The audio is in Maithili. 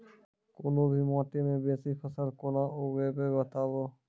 कूनू भी माटि मे बेसी फसल कूना उगैबै, बताबू?